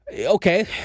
Okay